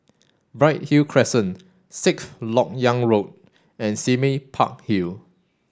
Bright Hill Crescent Lok Yang Road and Sime Park Hill